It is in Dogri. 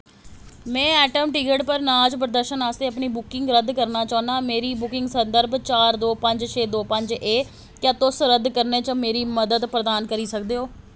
मैं ऐटम टिक्टस पर नाच प्रदर्शन आस्तै अपनी बुकिंग रद्द करना चाह्न्नां मेरा बुकिंग संदर्भ चार दो पंज छे दो पंज ऐ क्या तुस रद्द करने च मेरी मदद प्रदान करी सकदे ओ